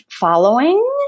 following